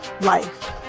life